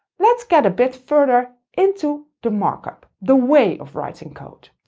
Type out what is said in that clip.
let's get a bit further into the markup, the way of writing code.